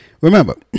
Remember